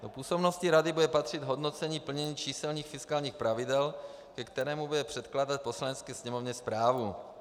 Do působnosti rady bude patřit hodnocení plnění číselných fiskálních pravidel, ke kterému bude předkládat Poslanecké sněmovně zprávu.